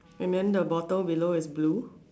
and then the bottle below is blue